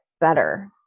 better